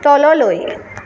তললৈ